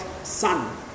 sun